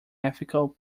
ethical